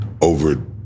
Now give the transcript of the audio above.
over